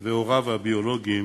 והוריו הביולוגיים